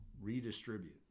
Redistribute